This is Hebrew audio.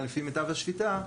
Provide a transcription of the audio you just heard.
לפי מיטב השפיטה,